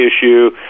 issue